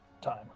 time